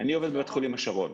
אני עובד בבית חולים השרון,